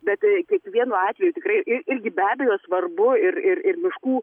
bet kiekvienu atveju tikrai ir irgi be abejo svarbu ir ir ir miškų